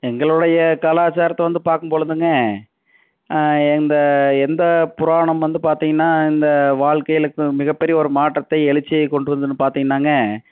எங்களுடைய கலாச்சாரத்தை வந்து பார்க்கும்பொழுதுங்க எந்த எந்த புராணம் வந்து பார்த்தீங்ன்னா இந்த வாழ்க்கையில் மிகப்பெரிய ஒரு மாற்றத்தை எழுச்சியை கொண்டு வந்ததுனு பார்த்தீங்ன்னாங்க